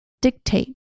Dictate